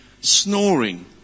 snoring